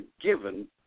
given